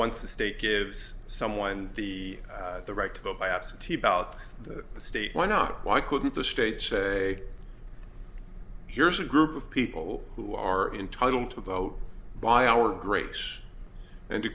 once a state gives someone the the right to vote by absentee ballot state why not why couldn't the state say here's a group of people who are entitled to vote by our grace and a